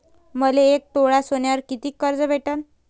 मले एक तोळा सोन्यावर कितीक कर्ज भेटन?